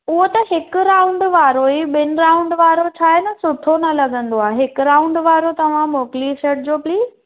उहो त हिकु राउंड वारो ई ॿिनि राउंड वारो छाहे न सुठो न लॻंन्दो आहे हिकु राउंड वारो तव्हां मोकिले छॾिजो प्लीज़